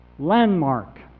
Landmark